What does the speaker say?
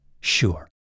Sure